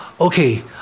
okay